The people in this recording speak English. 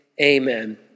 Amen